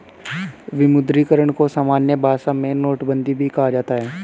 विमुद्रीकरण को सामान्य भाषा में नोटबन्दी भी कहा जाता है